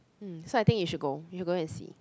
mm so I think you should go you go and see